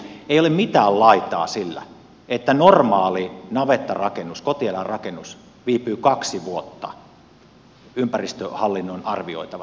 ei ole mitään laitaa siinä että normaali navettarakennus kotieläinrakennus viipyy kaksi vuotta ympäristöhallinnon arvioitavana